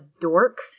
dork